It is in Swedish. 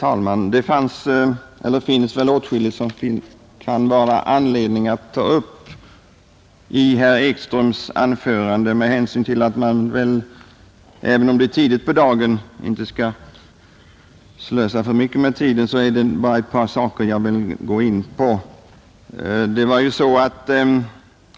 Herr talman! Det finns väl åtskilligt som det kan vara anledning att ta upp i herr Ekströms anförande, men med hänsyn till att man, även om det är tidigt på dagen, har anledning att spara också på tiden vill jag bara gå in på ett par saker.